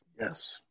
Yes